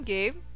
Gabe